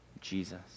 Jesus